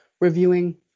reviewing